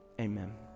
Amen